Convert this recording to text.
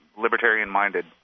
libertarian-minded